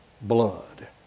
blood